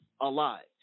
alive